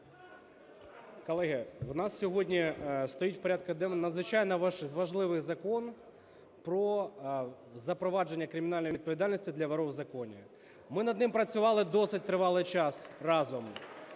Колеги, в нас сьогодні стоїть в порядку денному надзвичайно важливий закон про запровадження кримінальної відповідальності для "воров в законе". Ми над ним працювали досить тривалий час разом.